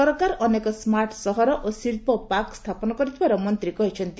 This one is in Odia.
ସରକାର ଅନେକ ସ୍କାର୍ଟ୍ ସହର ଓ ଶିଳ୍ପ ପାର୍କ ସ୍ଥାପନ କରିଥିବାର ମନ୍ତ୍ରୀ କହିଚ୍ଚନ୍ତି